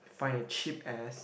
find a cheap ass